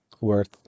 worth